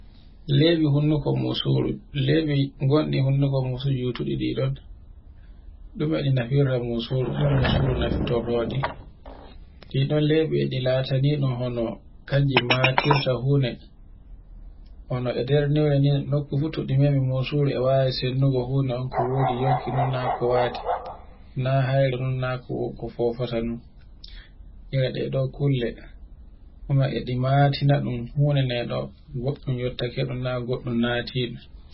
Leɓi honduko musuru. Leɓi gonɗi honduko musuru yutuɗi e ɗon. Ɗume ɗi nafirta musuru, ɗume musuru waɗirte, ɗi ɗon leɓi ɗi latani ɗun hono kanji matirta hune, huna e nder niwre nden nokku fu to ɗi memi muduru e wawi sendudugo huna on ko wodi yonki na ko wati na hayri ɗin na ko fofota ɗum. ire ɗe ɗe kulle kume e ɗi matina ɗum hunene ɗo goɗɗum yottaka na goɗɗum nati ɗum